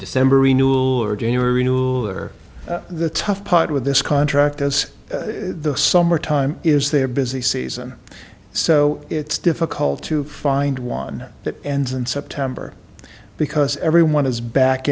december renewable or january nul or the tough part with this contract as the summer time is their busy season so it's difficult to find one that ends in september because everyone is back